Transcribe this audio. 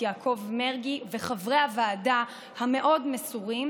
יעקב מרגי וחברי הוועדה המאוד-מסורים,